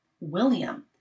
William